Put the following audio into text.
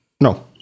No